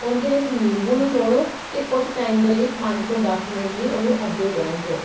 ਉਹਦੇ ਵਿੱਚ ਨਿੰਬੂ ਨੂੰ ਨਚੋੜੋ ਅਤੇ ਕੁਝ ਟਾਈਮ ਦੇ ਲਈ ਪੰਜ ਤੋਂ ਦਸ ਮਿੰਟ ਲਈ ਉਹਨੂੰ ਇੱਦਾਂ ਹੀ ਰਹਿਣ ਦਿਓ